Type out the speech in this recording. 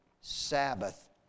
Sabbath